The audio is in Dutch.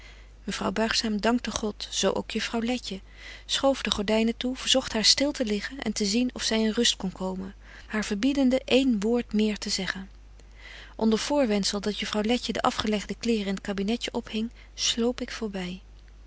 mevrouw buigzaam dankte god zo ook juffrouw letje schoof de gordynen toe verzogt haar stil te liggen en te zien of zy in rust kon komen haar verbiedende een woord meer te zeggen onder voorwendzel dat juffrouw letje de afgelegde kleêren in het kabinetje ophing sloop ik